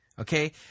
Okay